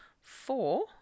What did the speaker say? Four